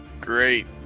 Great